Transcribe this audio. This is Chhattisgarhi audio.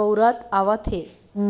बउरत आवत हे